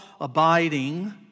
abiding